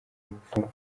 umuvumo